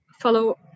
follow